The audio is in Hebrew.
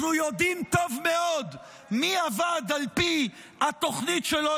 אנחנו יודעים טוב מאוד מי עבד על פי התוכנית שלו,